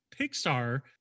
Pixar